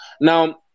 now